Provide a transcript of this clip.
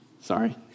Sorry